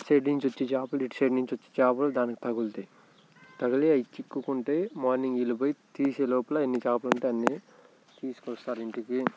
అటు సైడ్ నుంచి వచ్చే చేపలు ఇటు సైడ్ నుంచి వచ్చే చేపలు దానికి తగులుతాయి తగిలి అవి చిక్కుకుంటాయి మార్నింగ్ వీళ్ళు పోయి తీసే లోపల ఎన్ని చేపలు ఉంటే అన్నీ తీసుకొస్తారు ఇంటికి